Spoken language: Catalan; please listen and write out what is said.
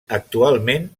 actualment